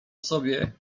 sobie